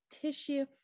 tissue